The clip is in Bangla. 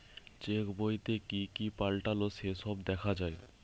চেক বইতে কি কি পাল্টালো সে সব দেখা যায়